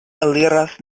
aliras